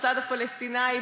בצד הפלסטיני,